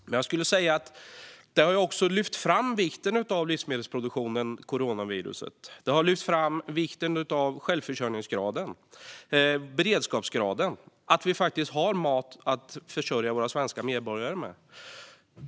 Men jag skulle vilja säga att situationen med coronaviruset också har lyft fram vikten av livsmedelsproduktionen och vikten av självförsörjningsgraden och beredskapsgraden - att vi faktiskt har mat att försörja våra svenska medborgare med.